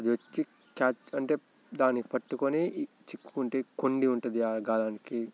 అది వచ్చి క్యాచ్ అంటే దానికి పట్టుకొని చిక్కుకుంటాయి కొండి ఉంటుంది ఆ గాలానికి